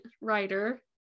writer